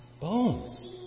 Bones